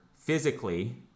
physically